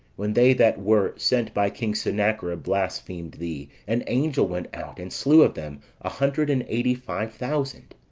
when they that were sent by king sennacherib blasphemed thee, an angel went out, and slew of them a hundred and eighty-five thousand